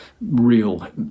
real